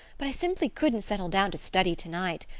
but i simply couldn't settle down to study tonight.